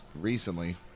recently